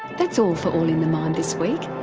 that's all for all in the mind this week,